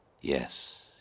Yes